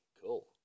cool